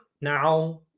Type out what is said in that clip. now